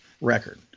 record